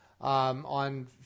on